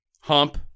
Hump